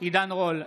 עידן רול,